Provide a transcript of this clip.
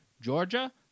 Georgia